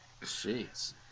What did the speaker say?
Jeez